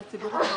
על הציבור החרדי.